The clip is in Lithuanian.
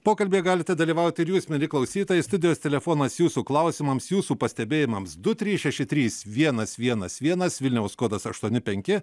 pokalbyje galite dalyvauti ir jūs mieli klausytojai studijos telefonas jūsų klausimams jūsų pastebėjimams du trys šeši trys vienas vienas vienas vilniaus kodas aštuoni penki